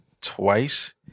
twice